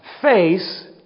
Face